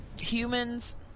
Humans